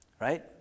Right